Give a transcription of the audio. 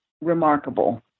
remarkable